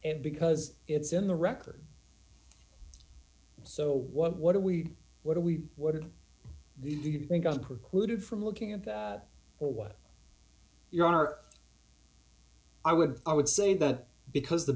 because it's in the record so what what are we what are we what are these do you think i'm precluded from looking at that or what you are i would i would say that because the